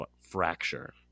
fracture